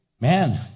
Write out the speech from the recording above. man